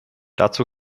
dazu